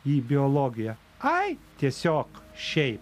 į biologiją ai tiesiog šiaip